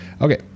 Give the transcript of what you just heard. Okay